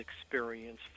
experience